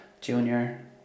junior